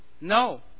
No